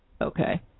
Okay